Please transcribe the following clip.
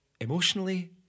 emotionally